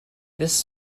this